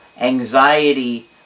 anxiety